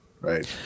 right